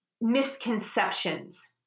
misconceptions